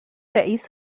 رئيس